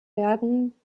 werden